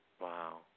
wow